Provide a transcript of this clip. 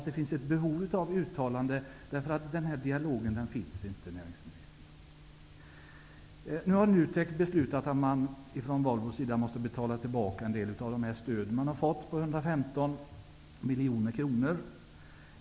Det finns ett behov av ett uttalande, eftersom dialogen inte finns. Nu har NUTEK beslutat att Volvo måste betala tillbaka en del av det stöd som har erhållits på 115 miljoner kronor.